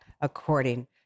according